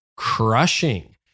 crushing